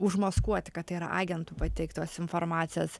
užmaskuoti kad yra agentų pateiktos informacijos